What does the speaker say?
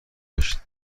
گشت